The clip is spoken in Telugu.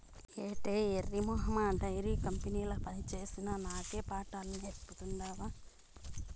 ఏటే ఎర్రి మొహమా డైరీ కంపెనీల పనిచేసిన నాకే పాఠాలు నేర్పతాండావ్